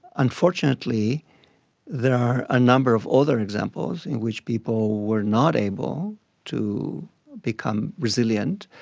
unfortunately there are a number of other examples in which people were not able to become resilient,